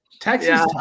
Texas